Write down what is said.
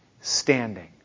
standing